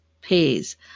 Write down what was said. pays